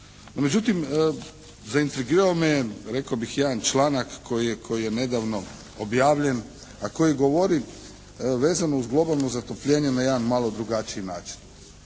međutim, zaintrigirao me rekao bih jedan članak koji je nedavno objavljen a koji govori vezano uz globalno zatopljenje na jedan malo drugačiji način.